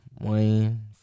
Wayne